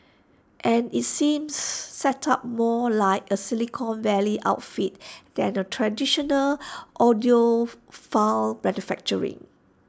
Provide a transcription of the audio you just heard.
and IT seems set up more like A Silicon Valley outfit than A traditional audiophile manufacturer